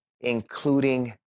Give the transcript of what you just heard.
including